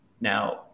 Now